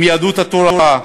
עם יהדות התורה,